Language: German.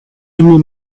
immer